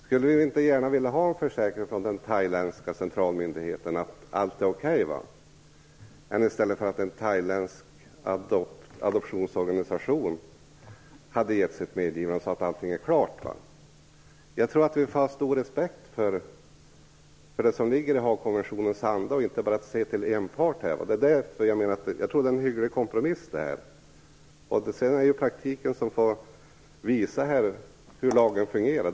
Skulle vi då inte gärna vilja ha en försäkran från den thailändska centralmyndigheten att allt var okej, i stället för att en thailändsk adoptionsorganisation gav sitt medgivande om att allting var klart? Jag tror att vi får ha stor respekt för det som ligger i Haagkonventionens anda, och inte bara se till en part. Jag tror att detta är en hygglig kompromiss. Sedan är det praktiken som får visa hur lagen fungerar.